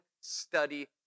study